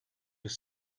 were